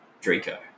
Draco